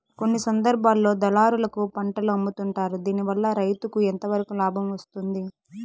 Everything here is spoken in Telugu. కొన్ని సందర్భాల్లో దళారులకు పంటలు అమ్ముతుంటారు దీనివల్ల రైతుకు ఎంతవరకు లాభం వస్తుంది?